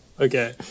Okay